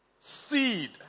seed